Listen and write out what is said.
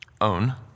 own